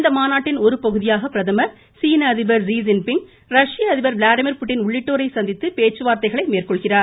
இந்த மாநாட்டின் ஒருபகுதியாக பிரதமர் சீன அதிபர் ஸ் ஜின் பிங் ரீய அதிபர் விளாடிமிர் புடின் உள்ளிட்டோரை சந்தித்து பேச்சுவார்த்தைகளை மேற்கொள்கிறார்